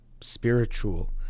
spiritual